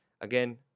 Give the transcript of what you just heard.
Again